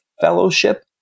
Fellowship